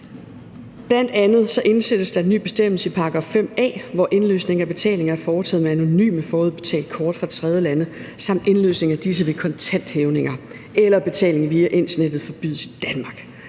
Bl.a. indsættes der en ny bestemmelse, § 5 a, hvor indløsning af betalinger foretaget med anonyme forudbetalte kort fra tredjelande samt indløsning af disse ved kontanthævninger eller betaling via internettet forbydes i Danmark.